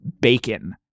bacon